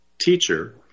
Teacher